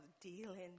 dealing